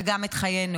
וגם את חיינו.